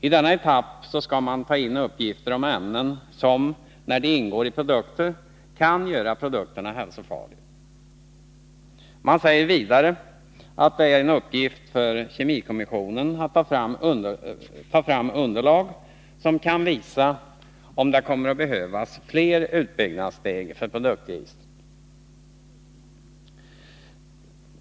I denna etapp skall man ta in uppgifter om ämnen som, när de ingår i produkter, kan göra produkterna hälsofarliga. Man säger vidare att det är en uppgift för kemikommissionen att ta fram underlag som kan visa om det kommer att behövas fler utbyggnadssteg för produktregistret.